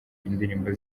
indirimbo